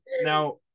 Now